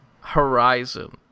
Horizon